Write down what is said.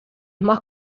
más